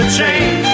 change